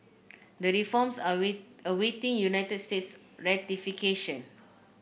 the reforms are wait awaiting United States ratification